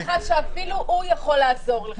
אני לא בטוחה שאפילו הוא יכול לעזור לך.